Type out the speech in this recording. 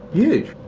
huge.